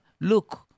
look